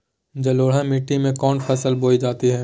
जलोढ़ मिट्टी में कौन फसल बोई जाती हैं?